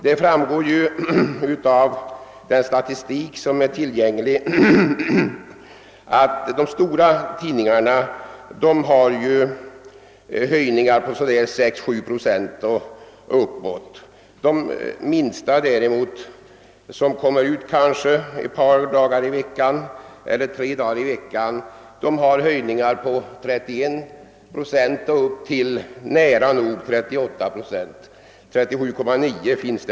Av tillgänglig statistik framgår att höjningarna för de stora tidningarna rör sig om 6 å 7 procent, möjligen något mera, medan de minsta tidningarna, som kanske kommer ut ett par tre dagar i veckan, får höjningar från 31 upp till 37,9 procent.